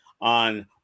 on